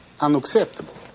unacceptable